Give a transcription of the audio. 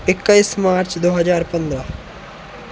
इक्कीस मार्च दो हज़ार पंद्रह